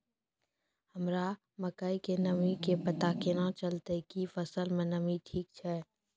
हमरा मकई के नमी के पता केना चलतै कि फसल मे नमी ठीक छै?